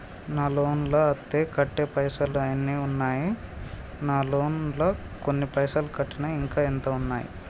నా లోన్ లా అత్తే కట్టే పైసల్ ఎన్ని ఉన్నాయి నా లోన్ లా కొన్ని పైసల్ కట్టిన ఇంకా ఎంత ఉన్నాయి?